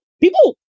people